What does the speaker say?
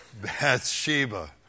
Bathsheba